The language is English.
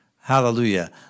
Hallelujah